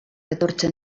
etortzen